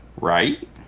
Right